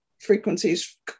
frequencies